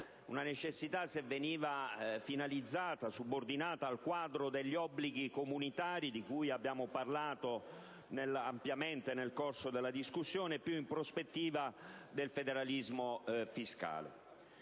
una necessità se veniva subordinata al quadro degli obblighi comunitari di cui abbiamo parlato ampiamente nel corso della discussione, e più in prospettiva del federalismo fiscale.